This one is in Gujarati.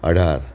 અઢાર